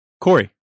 Corey